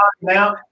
now